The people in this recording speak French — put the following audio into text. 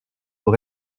pour